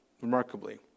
remarkably